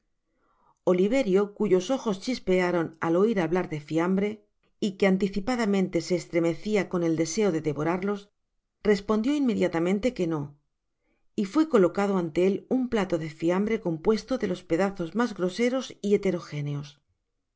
oliverio cuyos ojos chispearon al oir hablar de fiambre y que anticipadamente se estremecia con el deseo de devorarlos respondió inmediatamente que no y fué colocado ante él un plato de fiambre compuesto de los pedazos mas groseros y